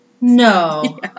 no